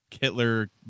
Hitler